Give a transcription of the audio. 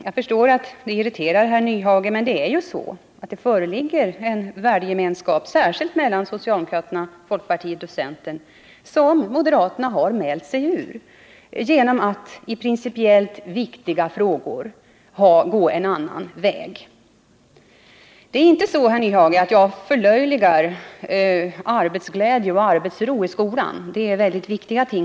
Jag förstår att det irriterar herr Nyhage, men det är ju så att det föreligger en värdegemenskap — särskilt mellan socialdemokratin, folkpartiet och centern — som moderaterna har mält sig ur genom att i principiellt viktiga frågor gå en annan väg. Det är inte så, herr Nyhage, att jag förlöjligar arbetsglädje och arbetsro i skolan. Det är mycket viktiga ting.